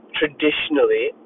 traditionally